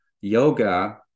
yoga